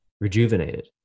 rejuvenated